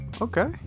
Okay